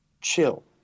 chill